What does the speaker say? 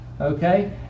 Okay